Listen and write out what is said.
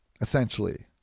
essentially